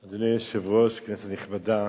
היושב-ראש, כנסת נכבדה,